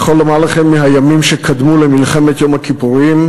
אני יכול לומר לכם מהימים שקדמו למלחמת יום הכיפורים